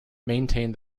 maintained